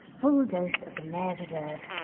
full dose of the mayor s reserve,